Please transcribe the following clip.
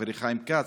חברי חיים כץ,